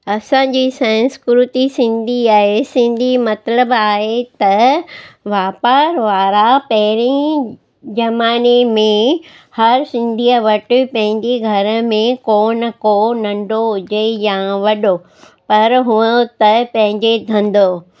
असांजी संस्कृति सिंधी आहे सिंधी मतिलबु आहे त वापार वारा पहिरीं ई ज़माने में हर सिंधीअ वटि पंहिंजे घर में को न को नंढो हुजे या वॾो पर हुअ त पंहिंजे धंधो